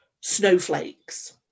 Snowflakes